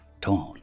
torn